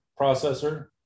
processor